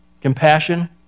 compassion